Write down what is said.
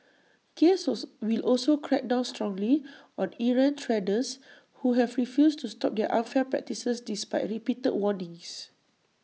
case also will also crack down strongly on errant traders who have refused to stop their unfair practices despite repeated warnings